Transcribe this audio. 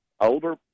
older